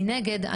מנגד,